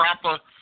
proper